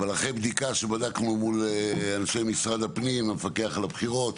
אבל אחרי בדיקה שבדקנו מול אנשי משרד הפנים המפקח על הבחירות